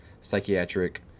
psychiatric